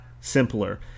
simpler